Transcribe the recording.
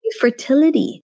fertility